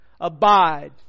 Abide